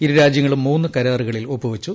ഇരു രാജ്യങ്ങളും മൂന്ന് കരാറുകളിൽ ഒപ്പുവെച്ചു